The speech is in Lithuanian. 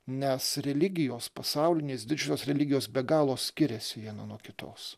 nes religijos pasaulinės didžiosios religijos be galo skiriasi viena nuo kitos